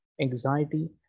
anxiety